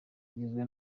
ugizwe